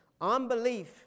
Unbelief